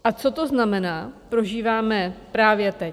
A co to znamená, prožíváme právě teď.